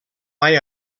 mai